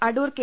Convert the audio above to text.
Adoor K